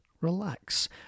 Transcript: relax